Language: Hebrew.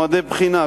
מועדי בחינה,